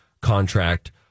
contract